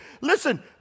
Listen